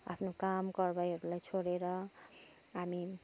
आफ्नो काम कार्वाहीहरूलाई छोडेर हामी